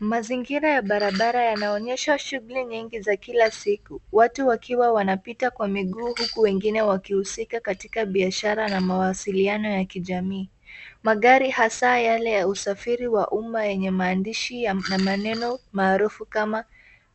Mazingira ya barabara yanaonyesha shuguli nyingi za kila siku. Watu wkiwa wanapita kwa miguu huku wengine wakuhusika katika biashara na mawasiliano ya kijamii. Magari hasaa yale ya usafiri wa umma yenye maandishi na maneno maarufu kama